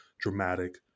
dramatic